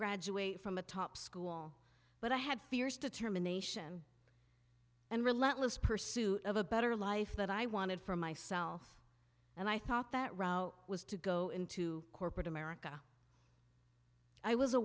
graduate from a top school but i had fierce determination and relentless pursuit of a better life that i wanted for myself and i thought that was to go into corporate america i was a